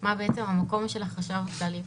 מה בעצם המקום של החשב בתהליך.